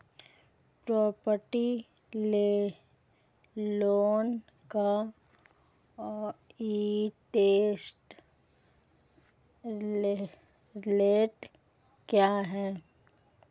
Property loan का interest rate क्या है?